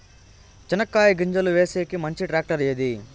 చెనక్కాయ గింజలు వేసేకి మంచి టాక్టర్ ఏది?